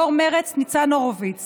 יו"ר מרצ ניצן הורוביץ